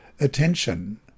Attention